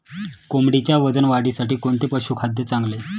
कोंबडीच्या वजन वाढीसाठी कोणते पशुखाद्य चांगले?